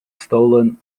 stolen